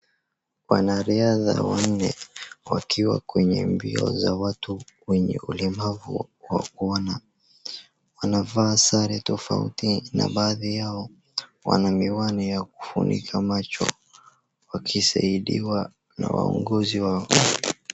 Wanariadha wanne wakiwa kwenye mbioo za watu wenye ulemavu wa kuona. Wanavaa sare tofauti na baadhi yao wana miwani ya kufunika macho ,wakisaidiwa na waongozi wao.